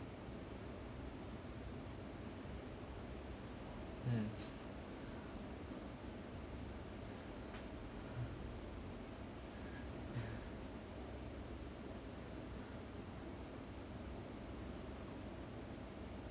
mm ya